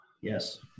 Yes